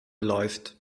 läuft